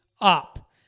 up